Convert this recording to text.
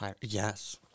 Yes